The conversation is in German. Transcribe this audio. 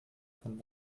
von